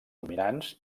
dominants